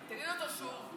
תגיד אותו שוב.